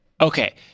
Okay